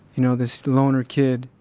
you know, this loner kid,